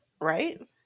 right